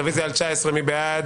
רביזיה על 23. מי בעד?